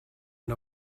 and